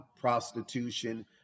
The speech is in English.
prostitution